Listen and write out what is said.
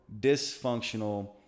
dysfunctional